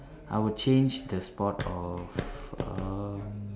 I would change the sport of um